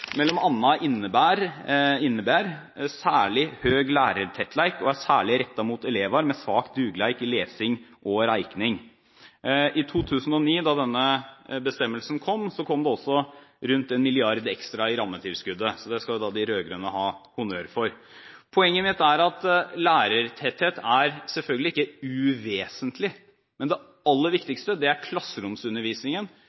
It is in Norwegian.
særlig høg lærartettleik, og er særleg retta mot elevar med svak dugleik i lesing og rekning». I 2009, da denne bestemmelsen kom, kom det også rundt 1 mrd. kr ekstra i rammetilskuddet, så det skal de rød-grønne ha honnør for. Poenget mitt er at lærertetthet selvfølgelig ikke er uvesentlig, men det aller